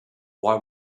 why